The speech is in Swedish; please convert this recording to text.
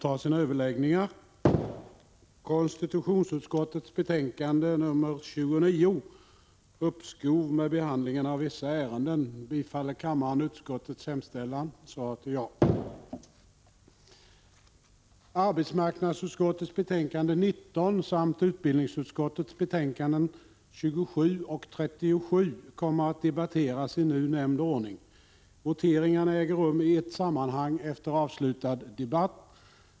Arbetsmarknadsutskottets betänkande 19 samt utbildningsutskottets betänkanden 27 och 37 kommer att debatteras i nu nämnd ordning. Voteringarna äger rum i ett sammanhang efter avslutad debatt.